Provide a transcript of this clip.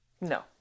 No